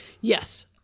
Yes